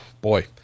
boy